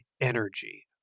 energy